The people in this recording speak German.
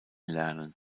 lernen